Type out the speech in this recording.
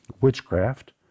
Witchcraft